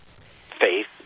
faith